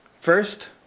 First